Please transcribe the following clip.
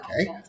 Okay